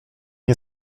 nie